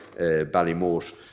Ballymote